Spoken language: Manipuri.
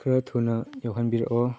ꯈꯔ ꯊꯨꯅ ꯌꯧꯍꯟꯕꯤꯔꯛꯑꯣ